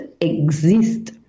exist